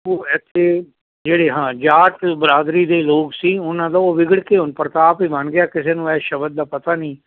ਉਹ ਇੱਥੇ ਜਿਹੜੇ ਹਾਂ ਜਾਟ ਬਰਾਦਰੀ ਦੇ ਲੋਕ ਸੀ ਉਹਨਾਂ ਦਾ ਉਹ ਵਿਗੜ ਕੇ ਹੁਣ ਪ੍ਰਤਾਪ ਹੀ ਬਣ ਗਿਆ ਕਿਸੇ ਨੂੰ ਇਹ ਸ਼ਬਦ ਦਾ ਪਤਾ ਨਹੀਂ